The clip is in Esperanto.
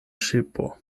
ŝipo